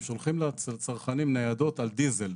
הם שולחים לצרכנים ניידות על דיזל.